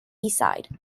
side